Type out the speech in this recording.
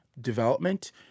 development